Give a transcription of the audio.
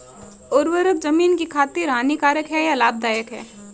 उर्वरक ज़मीन की खातिर हानिकारक है या लाभदायक है?